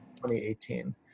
2018